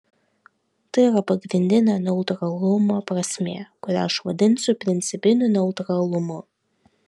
tai yra pagrindinė neutralumo prasmė kurią aš vadinsiu principiniu neutralumu